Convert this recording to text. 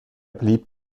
blieb